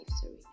sorry